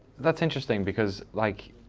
that's interesting because like